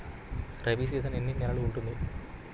Rabi season ఎన్ని నెలలు ఉంటుంది?